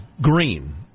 green